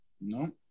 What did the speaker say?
No